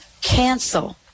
cancel